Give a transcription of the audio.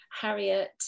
Harriet